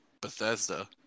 Bethesda